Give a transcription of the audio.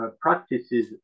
practices